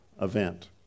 event